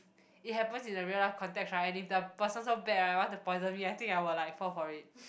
it happens in the real life context right if the person so bad right I want to poison me I think I will like fall for it